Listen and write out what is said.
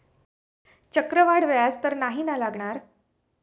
चक्रवाढ व्याज तर नाही ना लागणार?